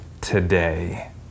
today